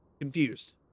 confused